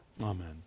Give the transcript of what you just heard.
Amen